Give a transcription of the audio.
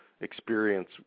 experience